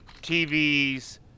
TVs